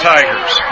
Tigers